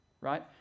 right